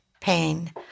Pain